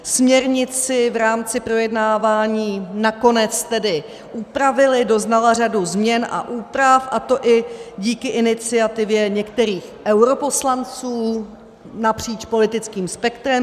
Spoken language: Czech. Směrnici v rámci projednávání nakonec tedy upravili, doznala řadu změn a úprav, a to i díky iniciativě některých europoslanců napříč politickým spektrem.